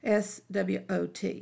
SWOT